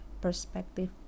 perspective